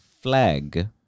flag